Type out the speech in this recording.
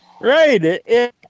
Right